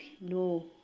No